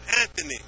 Anthony